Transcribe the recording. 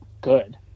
good